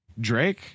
Drake